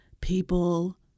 People